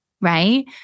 Right